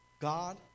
God